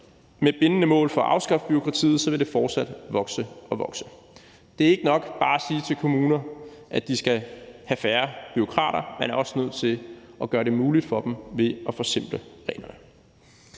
med bindende mål for at afskaffe bureaukratiet, vil det fortsat vokse og vokse. Det er ikke nok bare at sige til kommunerne, at de skal have færre bureaukrater; man er også nødt til at gøre det muligt for dem ved at forsimple reglerne.